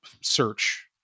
search